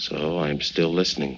so i'm still listening